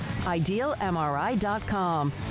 IdealMRI.com